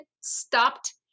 stopped